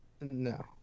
No